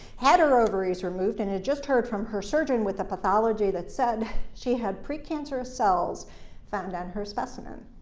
had her ovaries removed, and had just heard from her surgeon with the pathology that said she had precancerous cells found on her specimen.